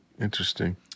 Interesting